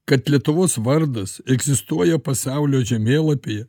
kad lietuvos vardas egzistuoja pasaulio žemėlapyje